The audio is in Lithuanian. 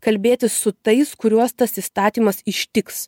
kalbėtis su tais kuriuos tas įstatymas ištiks